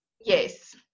Yes